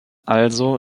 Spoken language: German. also